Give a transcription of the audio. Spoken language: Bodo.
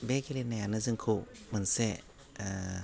बे गेलेनायानो जोंखौ मोनसे ओह